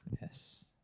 Yes